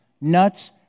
nuts